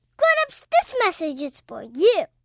grown-ups, this message is for you